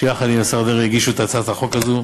שיחד עם השר דרעי הגיש את הצעת החוק הזאת.